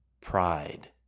pride